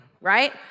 right